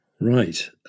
right